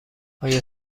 آیا